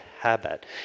habit